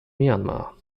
myanmar